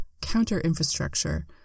counter-infrastructure